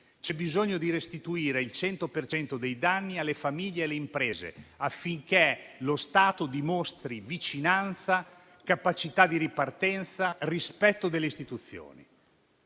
c'è bisogno di restituire il 100 per cento dei danni alle famiglie e alle imprese, affinché lo Stato dimostri vicinanza, capacità di ripartenza e rispetto delle istituzioni.